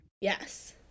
Yes